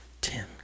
Tim